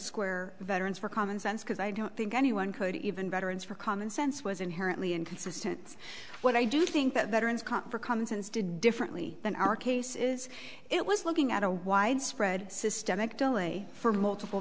square veterans for common sense because i don't think anyone could even veterans for common sense was inherently inconsistent what i do think that for common sense do differently than our case is it was looking at a widespread systemic delay for multiple